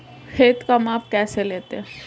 खेत का माप कैसे लेते हैं?